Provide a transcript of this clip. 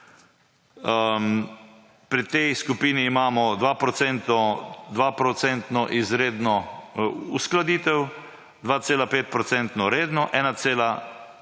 Pri tej skupini imamo 2 % izredno uskladitev, 2,5 % redno, 1,1,